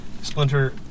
Splinter